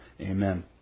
Amen